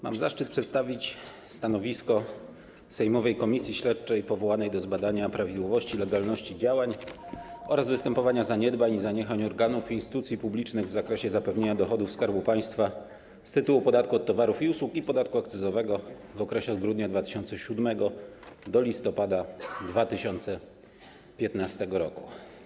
Mam zaszczyt przedstawić stanowisko sejmowej Komisji Śledczej do zbadania prawidłowości i legalności działań oraz występowania zaniedbań i zaniechań organów i instytucji publicznych w zakresie zapewnienia dochodów Skarbu Państwa z tytułu podatku od towarów i usług i podatku akcyzowego w okresie od grudnia 2007 r. do listopada 2015 r.